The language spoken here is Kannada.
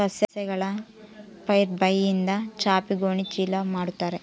ಸಸ್ಯಗಳ ಫೈಬರ್ಯಿಂದ ಚಾಪೆ ಗೋಣಿ ಚೀಲ ಮಾಡುತ್ತಾರೆ